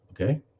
Okay